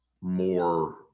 more